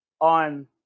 on